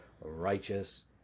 righteous